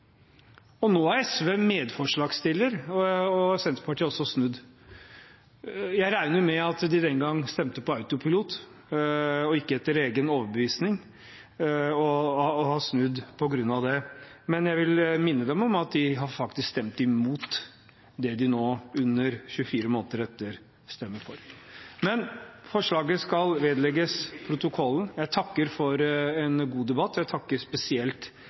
Nå er SV medforslagsstiller, og Senterpartiet har også snudd. Jeg regner med at de den gang stemte på autopilot og ikke etter egen overbevisning, og at de har snudd på grunn av det. Men jeg vil minne dem om at de faktisk har stemt imot det de nå, under 24 måneder etter, stemmer for. Men forslaget skal vedlegges protokollen. Jeg takker for en god debatt, og jeg takker spesielt